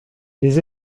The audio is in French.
les